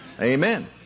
Amen